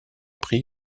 prix